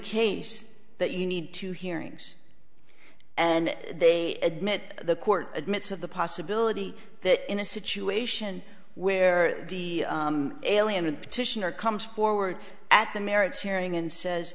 case that you need two hearings and they admit the court admits of the possibility that in a situation where the alien with petitioner comes forward at the merits hearing and says